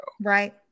right